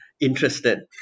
interested